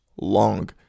long